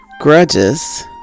grudges